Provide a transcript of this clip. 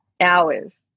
hours